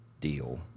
deal